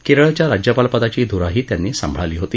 केरळच्या राज्यपालपदाची धुराही त्यांनी सांभाळली होती